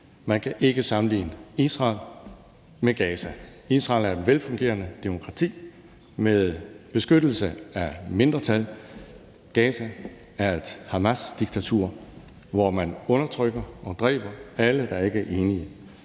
Man kan ikke sammenligne Israel med Gaza. Israel er et velfungerende demokrati med beskyttelse af mindretal. Gaza er et Hamasdiktatur, hvor man undertrykker og dræber alle, der ikke er enige